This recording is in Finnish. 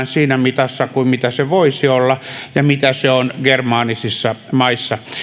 siinä mitassa kuin se voisi olla ja kuin se on germaanisissa maissa